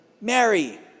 Mary